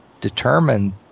determined